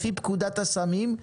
לפי פקודת הסמים,